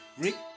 Rick